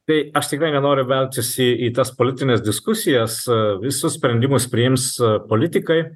tai aš tikrai nenoriu veltis į į tas politines diskusijas visus sprendimus priims politikai